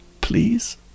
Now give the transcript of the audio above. please